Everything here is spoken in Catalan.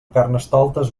carnestoltes